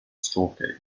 stalker